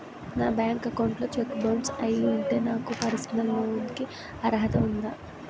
నా bank account లో cheque bounce అయ్యి ఉంటే నాకు పర్సనల్ లోన్ కీ అర్హత ఉందా?